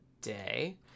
day